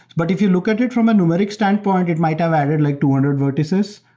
but if you look at it from a numeric standpoint, it might have added like two hundred vertices,